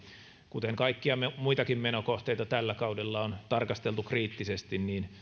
kuten kaikkia muitakin menokohteita tällä kaudella on tarkasteltu kriittisesti